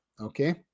okay